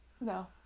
No